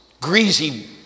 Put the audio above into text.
greasy